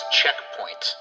checkpoint